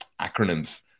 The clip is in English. acronyms